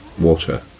water